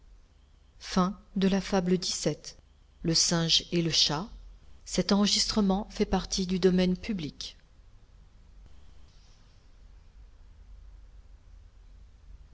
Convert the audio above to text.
le singe et le chat